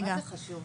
זה מה זה חשוב.